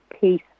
peace